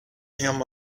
him